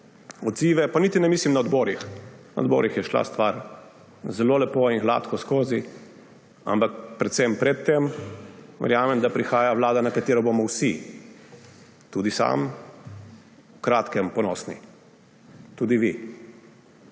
odzive, pa niti ne mislim na odborih, na odborih je šla stvar zelo lepo in gladko skozi, ampak predvsem pred tem, verjamem, da prihaja vlada, na katero bomo vsi, tudi sam, v kratkem ponosni. Tudi vi.